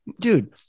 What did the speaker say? dude